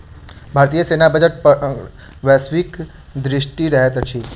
भारतीय सेना बजट पर वैश्विक दृष्टि रहैत अछि